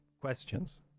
questions